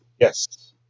Yes